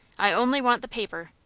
i only want the paper.